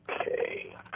Okay